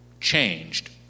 changed